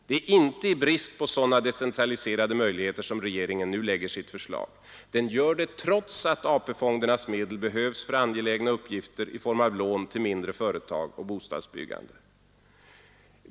Det är inte i brist på sådana decentraliserade möjligheter som regeringen nu lägger fram sitt förslag. Den gör det trots att AP-fondernas medel behövs för angelägna uppgifter i form av lån till mindre företag och till bostadsbyggande.